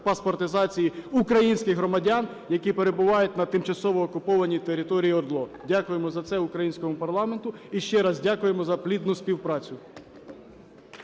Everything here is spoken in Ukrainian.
паспортизації українських громадян, які перебувають на тимчасово окупованій території ОРДЛО. Дякуємо за це українському парламенту, і ще раз дякуємо за плідну співпрацю.